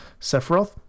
Sephiroth